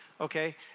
okay